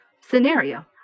scenario